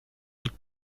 sobre